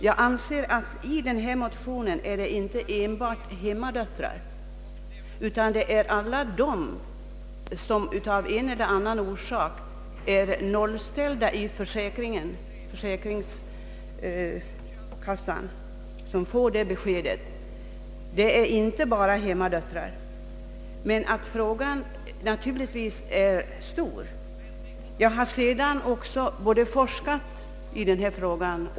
Jag anser att motionerna inte borde ha gällt enbart hemmadöttrarna utan att alla som av en eller annan orsak är nollställda i försäkringshänseende får ett besked från försäkrings-- kassan, alltså inte bara hemmadöttrar. Denna fråga är naturligtvis av stor vikt.